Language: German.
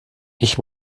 ich